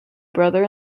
brother